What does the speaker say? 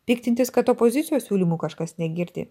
piktintis kad opozicijos siūlymų kažkas negirdi